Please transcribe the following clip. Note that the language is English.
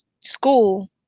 school